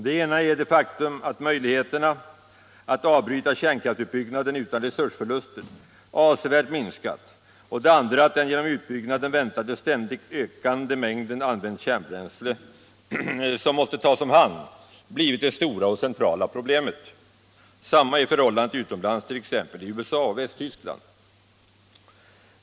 Det ena är det faktum att möjligheterna att avbryta kärnkraftsutbyggnaden utan resursförluster avsevärt minskat och det andra att den genom utbyggnaden väntade ständigt ökande mängd använt kärnbränsle, som måste tas om hand, blivit det stora och centrala problemet. Samma är förhållandet utomlands, t.ex. i USA och Västtyskland.